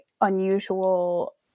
unusual